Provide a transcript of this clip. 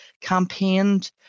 campaigned